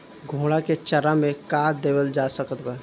घोड़ा के चारा मे का देवल जा सकत बा?